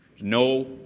No